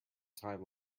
time